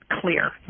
clear